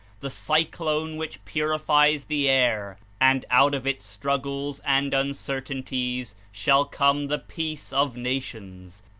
the cyclone which purifies the air, and out of its struggles and uncertainties shall come the peace of nations,